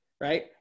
right